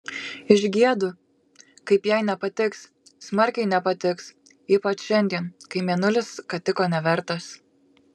išgiedu kaip jai nepatiks smarkiai nepatiks ypač šiandien kai mėnulis skatiko nevertas